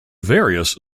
various